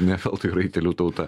ne veltui raitelių tauta